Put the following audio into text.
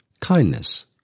kindness